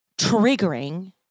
triggering